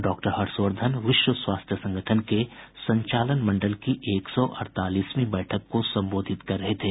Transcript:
doctor Harshvardhan विश्व स्वास्थ्य संगठन के संचालन मंडल की एक सौ अड़तालीसवीं बैठक को संबोधित कर रहे थे